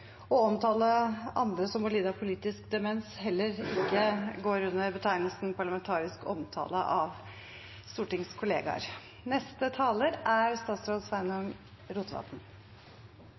å omtale andre som at de lider av politisk demens, heller ikke går under betegnelsen parlamentarisk omtale av stortingskollegaer. Representanten Lars Haltbrekken er